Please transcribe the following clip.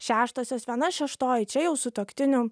šeštosios viena šeštoji čia jau sutuoktinių